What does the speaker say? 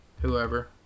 Whoever